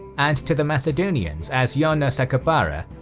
and to the macedonians as yauna sakabara,